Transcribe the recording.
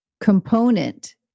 component